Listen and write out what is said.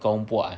kaum puak eh